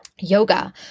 yoga